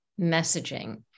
messaging